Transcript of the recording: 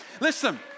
Listen